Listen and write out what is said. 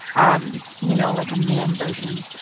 um you know like, a man version.